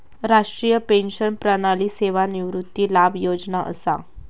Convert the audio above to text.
राष्ट्रीय पेंशन प्रणाली सेवानिवृत्ती लाभ योजना असा